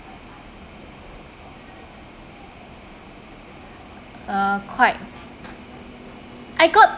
uh quite I got